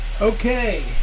Okay